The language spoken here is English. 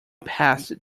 passed